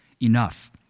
enough